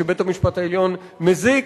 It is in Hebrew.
שבית-המשפט העליון מזיק,